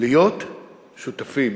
להיות שותפים